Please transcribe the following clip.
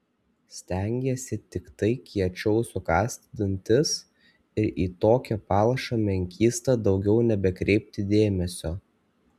stengiesi tiktai kiečiau sukąsti dantis ir į tokią palšą menkystą daugiau nebekreipti dėmesio